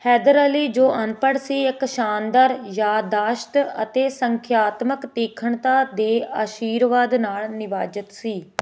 ਹੈਦਰ ਅਲੀ ਜੋ ਅਨਪੜ੍ਹ ਸੀ ਇੱਕ ਸ਼ਾਨਦਾਰ ਯਾਦਦਾਸ਼ਤ ਅਤੇ ਸੰਖਿਆਤਮਕ ਤੀਖਣਤਾ ਦੇ ਅਸ਼ੀਰਵਾਦ ਨਾਲ ਨਿਵਾਜਤ ਸੀ